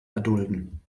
erdulden